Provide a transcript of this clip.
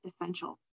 essential